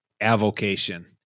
avocation